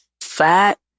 fat